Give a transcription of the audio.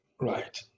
right